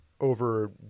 over